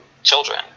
children